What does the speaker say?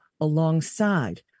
alongside